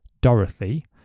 Dorothy